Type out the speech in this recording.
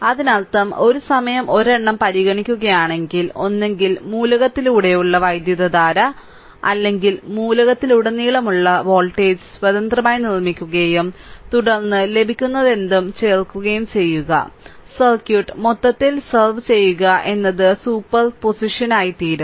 അതിനർത്ഥം ഒരു സമയം ഒരെണ്ണം പരിഗണിക്കുകയാണെങ്കിൽ ഒന്നുകിൽ മൂലകത്തിലൂടെയുള്ള വൈദ്യുതധാര അല്ലെങ്കിൽ മൂലകത്തിലുടനീളമുള്ള വോൾട്ടേജ് സ്വതന്ത്രമായി നിർമ്മിക്കുകയും തുടർന്ന് ലഭിക്കുന്നതെന്തും ചേർക്കുകയും ചെയ്യുക സർക്യൂട്ട് മൊത്തത്തിൽ സെർവ് ചെയുക എന്നത് സൂപ്പർ പൊസിഷനായിത്തീരും